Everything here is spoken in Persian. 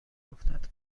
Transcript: افتد